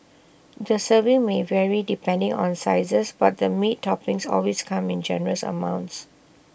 the serving may vary depending on sizes but the meaty toppings always come in generous amounts